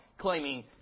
claiming